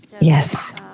Yes